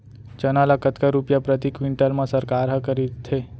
चना ल कतका रुपिया प्रति क्विंटल म सरकार ह खरीदथे?